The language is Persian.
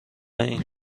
این